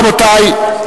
רבותי,